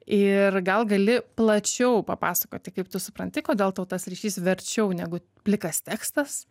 ir gal gali plačiau papasakoti kaip tu supranti kodėl tau tas ryšys verčiau negu plikas tekstas